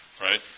right